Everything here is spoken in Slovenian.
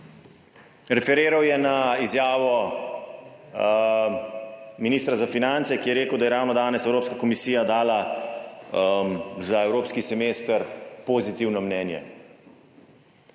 Referiral je na izjavo ministra za finance, ki je rekel, da je ravno danes Evropska komisija dala za evropski semester pozitivno mnenje.